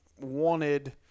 wanted